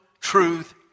truth